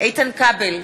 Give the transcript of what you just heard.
איתן כבל,